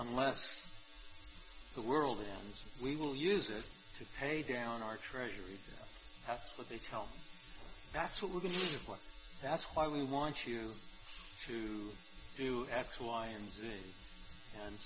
unless the world and we will use it to pay down our treasury have what they tell you that's what we're going to work that's why we want you to do x y and z and